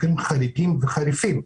שהיו מקרים חריגים וחריפים,